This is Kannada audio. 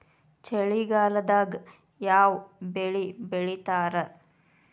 ಚಳಿಗಾಲದಾಗ್ ಯಾವ್ ಬೆಳಿ ಬೆಳಿತಾರ?